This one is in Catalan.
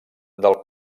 del